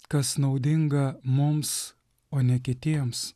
kas naudinga mums o ne kitiems